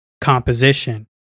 composition